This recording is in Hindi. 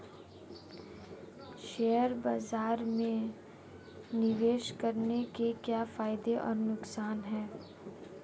शेयर बाज़ार में निवेश करने के क्या फायदे और नुकसान हैं?